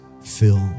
fill